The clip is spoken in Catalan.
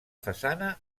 façana